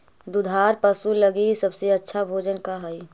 दुधार पशु लगीं सबसे अच्छा भोजन का हई?